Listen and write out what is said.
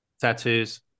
tattoos